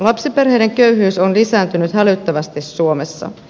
lapsiperheiden köyhyys on lisääntynyt hälyttävästi suomessa